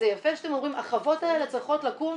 אז זה יפה שאתם אומרים החוות האלה צריכות לקום